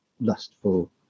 lustful